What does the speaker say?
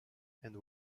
and